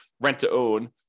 rent-to-own